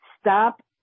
stop